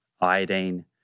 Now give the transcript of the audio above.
iodine